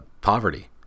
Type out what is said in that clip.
poverty